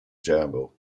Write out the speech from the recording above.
gerbil